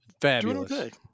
Fabulous